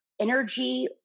energy